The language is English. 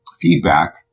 feedback